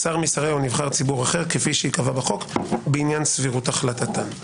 שר משרי או נבחר ציבור אחר כפי שייקבע בחוק בעניין סבירות החלטתם.